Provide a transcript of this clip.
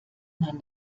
man